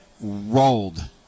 rolled